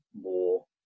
more